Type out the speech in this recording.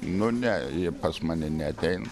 nu ne ji pas mane neatein